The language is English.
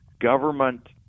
government